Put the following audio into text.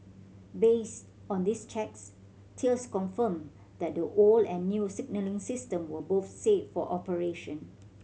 based on these checks Thales confirmed that the old and new signalling system were both safe for operation